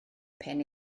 pen